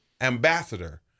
ambassador